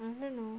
I don't know